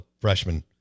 freshman